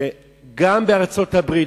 אני חושב שגם בארצות-הברית,